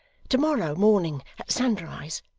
to-morrow morning at sunrise.